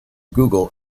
google